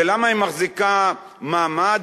ולמה היא מחזיקה מעמד?